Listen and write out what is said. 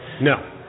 No